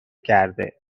کرده